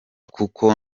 kuko